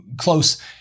close